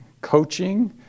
Coaching